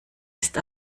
ist